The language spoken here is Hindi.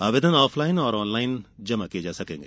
आवेदन ऑफ लाइन और ऑन लाइन जमा किये जा सकेंगे